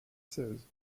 seize